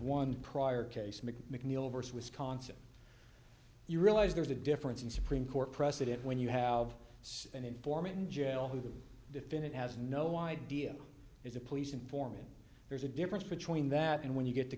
one prior case macneil verse wisconsin you realize there's a difference in supreme court precedent when you have an informant in jail who the defendant has no idea is a police informant there's a difference between that and when you get to